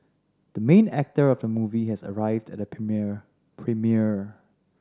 the main actor of the movie has arrived at the premiere premiere